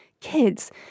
kids